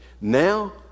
Now